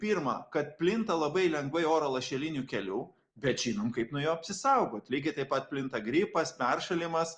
pirma kad plinta labai lengvai oro lašeliniu keliu bet žinom kaip nuo jo apsisaugot lygiai taip pat plinta gripas peršalimas